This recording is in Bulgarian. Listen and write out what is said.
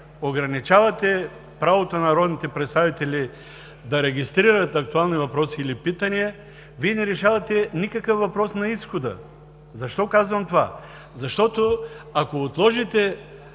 ограничавате правото на народните представители да регистрират актуални въпроси или питания, Вие не решавате никакъв въпрос на изхода. Защо казвам това? Защото, ако отложите,